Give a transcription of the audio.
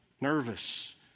nervous